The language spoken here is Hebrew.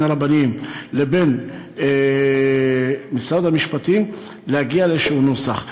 הרבניים לבין משרד המשפטים להגיע לנוסח כלשהו.